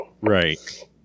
Right